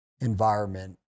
environment